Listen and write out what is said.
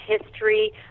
history